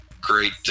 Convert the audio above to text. great